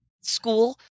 school